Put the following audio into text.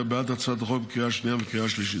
בעד הצעת החוק בקריאה השנייה ובקריאה השלישית.